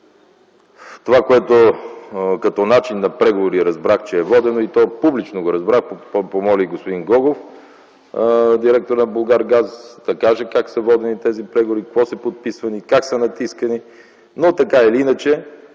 това, което като начин на преговори разбрах, че е водено, и то публично го разбрах – помолих господин Гогов, директор на „Булгаргаз”, да каже как са водени тези преговори, какво са подписвали, как са натискани, но така или иначе